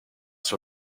sur